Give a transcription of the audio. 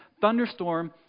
thunderstorm